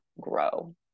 grow